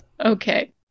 okay